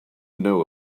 know